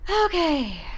Okay